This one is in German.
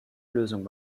lösung